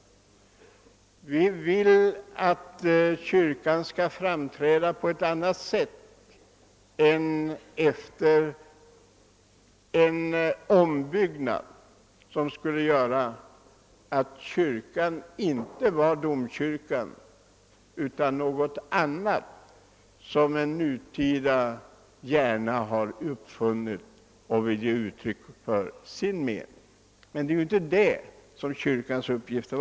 Vi vill att kyrkan efter en ombyggnad skall framstå som en verklig domkyrka och inte ge uttryck åt någonting som en nutida hjärna har uppfunnit och som inte hör till kyrkans uppgift.